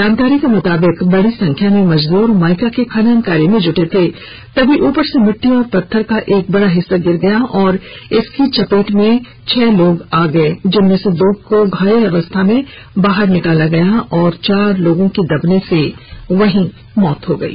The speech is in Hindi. जानकारी के मुताबिक बड़ी संख्या में मजदूर माइका के खनन कार्य में जुटे थे तभी ऊपर से मिट्टी और पत्थर का एक बड़ा हिस्सा गिर गया और इसकी चपेट में आने से छह लोग दब गए जिनमें से दो लोगों को घायल अवस्था में बाहर निकाला गया और चार लोगों की दबने से मौत हो गयी